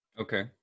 Okay